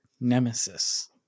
nemesis